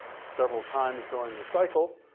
several times during the cycle,